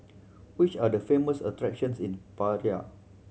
which are the famous attractions in Praia